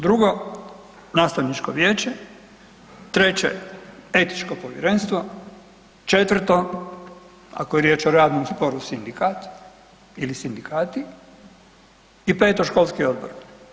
Drugo, nastavničko vijeće, treće etičko povjerenstvo, četvrto, ako je riječ o radnom sporu, sindikat ili sindikati i peto, školski odbor.